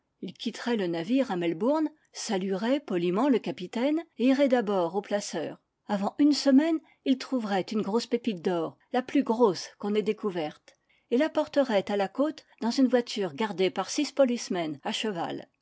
il quitterait le navire à melbourne saluerait poliment le capitaine et irait d'abord aux placers avant une semaine il trouverait une grosse pépite d'or la plus grosse qu'on ait découverte et l'apporterait à la côte dans une voiture gardée par six policemen à cheval